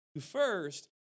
First